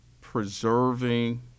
preserving